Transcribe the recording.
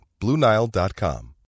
BlueNile.com